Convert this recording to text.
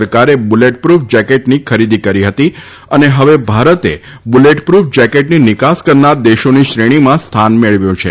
સરકારે બુલેટપૂફ જેકેટની ખરીદી કરી હતી અને હવે ભારતે બુલેટ પૂફ જેકેટની નિકાસ કરનાર દેશોની શ્રેણીમાં સ્થાન મેળવ્યું છે